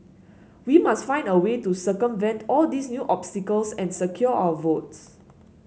we must find a way to circumvent all these new obstacles and secure our votes